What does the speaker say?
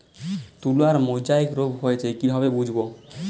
তুলার মোজাইক রোগ হয়েছে কিভাবে বুঝবো?